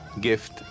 gift